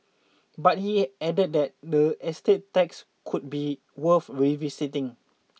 but he added that the estate tax could be worth revisiting